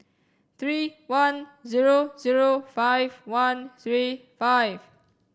three one zero zero five one three five